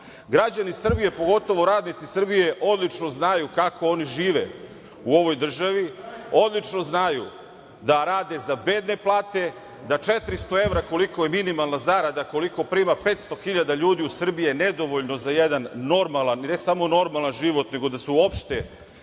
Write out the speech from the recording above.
balon. Građani Srbije, pogotovo radnici Srbije, odlično znaju kako žive u ovoj državi, odlično znaju da rade za bedne plate, da 400 evra koliko je minimalna zarada i koliko prima 500 hiljada ljudi u Srbiji je nedovoljno za jedan normalan, ne samo normalan život nego da se uopšte